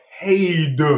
paid